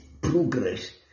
progress